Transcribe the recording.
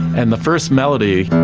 and the first melody,